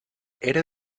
era